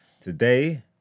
Today